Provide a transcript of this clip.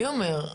מי אומר?